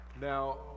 now